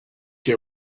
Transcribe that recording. get